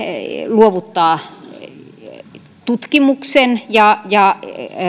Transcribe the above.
luovuttaa tutkimuksen ja ja